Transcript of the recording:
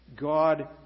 God